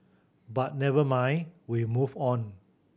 but never mind we move on